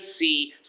see